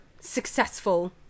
successful